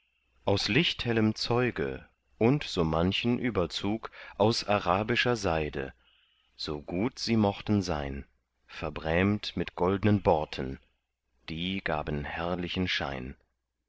aus lichthellem zeuge und so manchen überzug aus arabischer seide so gut sie mochten sein verbrämt mit goldnen borten die gaben herrlichen schein